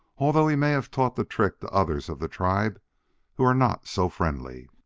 although he may have taught the trick to others of the tribe who are not so friendly.